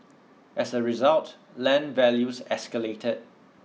as a result land values escalated